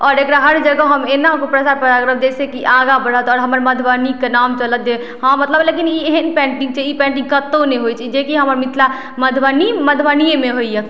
आओर एकरा हर जगह हम एना प्रसार प्रचार करब करब जैसँ कि आगा बढ़त आओर हमर मधुबनीके नाम चलत जे हँ मतलब लेकिन ई एहन पेन्टिंग छै ई पेन्टिंग कतहु ने होइ छै जे कि हमर मिथिला मधुबनी मधुबनियेमे होइए